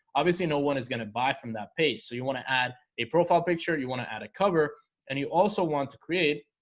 obviously, no one is gonna buy from that page so you want to add a profile picture you want to add a cover and you also want to create